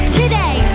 today